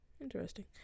Interesting